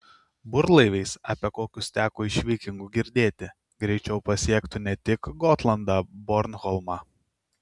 burlaiviais apie kokius teko iš vikingų girdėti greičiau pasiektų ne tik gotlandą bornholmą